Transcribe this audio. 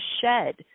shed